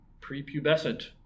prepubescent